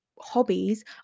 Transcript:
hobbies